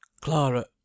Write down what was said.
Clara